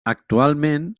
actualment